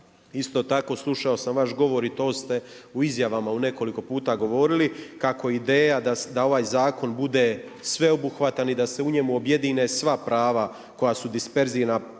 Isto tako slušao sam vaš govor i to ste u izjavama u nekoliko puta govorili, kao ideja da ovaj zakon bude sveobuhvatan i da se u njemu objedine sva prava koja su disperzirana